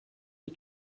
die